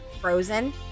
Frozen